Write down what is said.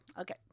Okay